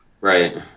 Right